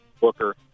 Booker